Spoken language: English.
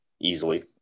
easily